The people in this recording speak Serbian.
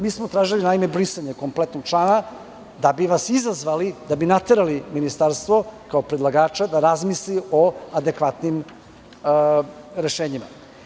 Mi smo tražili brisanje kompletnog člana, da bi vas izazvali, da bi naterali ministarstvo kao predlagača da razmisli o adekvatnim rešenjima.